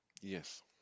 Yes